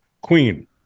queen